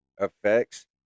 effects